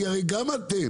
כי גם אתם,